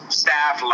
staff